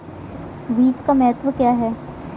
बीज का महत्व क्या है?